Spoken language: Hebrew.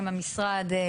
עם המשרד,